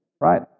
right